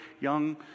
young